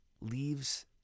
leaves